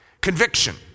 Conviction